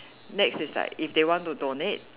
next is like if they want to donate